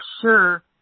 sure